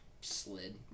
slid